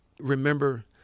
Remember